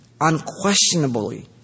unquestionably